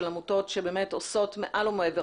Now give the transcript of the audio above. של עמותות שעושות באמת מעל ומעבר,